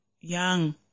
young